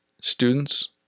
students